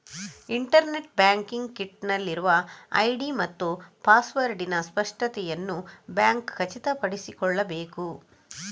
internet banking kit ನಲ್ಲಿರುವ ID ಮತ್ತು ಪಾಸ್ವರ್ಡಿನ ಸ್ಪಷ್ಟತೆಯನ್ನು ಬ್ಯಾಂಕ್ ಖಚಿತಪಡಿಸಿಕೊಳ್ಳಬೇಕು